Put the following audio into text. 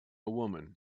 woman